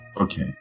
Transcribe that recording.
Okay